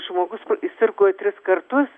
žmogus sirgo tris kartus